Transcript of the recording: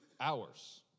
hours